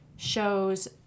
shows